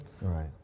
Right